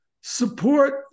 support